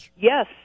Yes